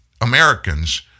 Americans